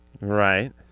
Right